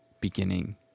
beginning